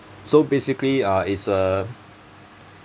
so basically uh it's a